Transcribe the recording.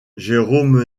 jérôme